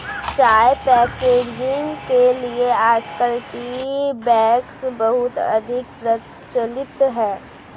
चाय पैकेजिंग के लिए आजकल टी बैग्स बहुत अधिक प्रचलित है